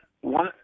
one